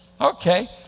Okay